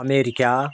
America